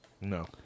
No